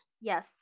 yes